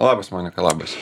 labas monika labas